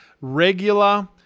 regular